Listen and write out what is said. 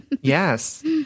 Yes